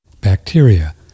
Bacteria